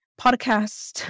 podcast